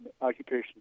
occupation